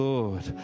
Lord